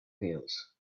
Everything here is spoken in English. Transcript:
wheels